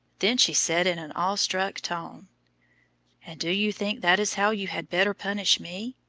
then she said in an awe-struck tone and do you think that is how you had better punish me?